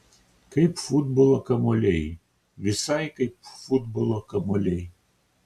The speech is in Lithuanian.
kaip futbolo kamuoliai visai kaip futbolo kamuoliai